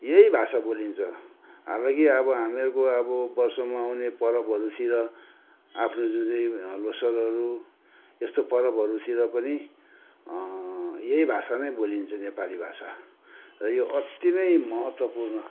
यही भाषा बोलिन्छ हालाकि अब हामीहरूको अब वर्षमा आउने परबहरूतिर आफ्नो जुन चाहिँ अब अवसरहरू यस्तो परवहरू तिर पनि यही भाषा नै बोलिन्छ नेपाली भाषा र यो अत्ति नै महत्त्वपूर्ण